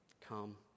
Come